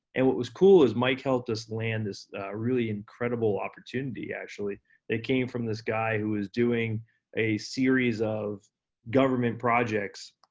and what was cool was, mike helped us land this really incredible opportunity actually, that came from this guy who was doing a series of government projects